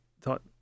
thought